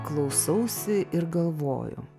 klausausi ir galvoju